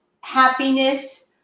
happiness